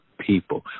people